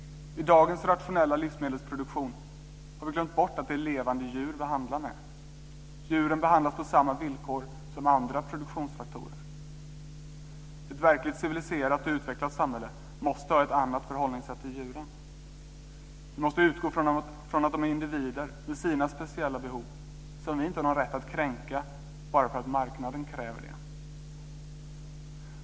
I dagens rationella livsmedelsproduktion har vi glömt bort att det är levande djur som vi hanterar. Djuren behandlas på samma villkor som andra produktionsfaktorer. Ett verkligt civiliserat och utvecklat samhälle måste ha ett annat förhållningssätt till djuren. Vi måste utgå från att de är individer med sina speciella behov, som vi inte har någon rätt att kränka bara därför att marknaden kräver det.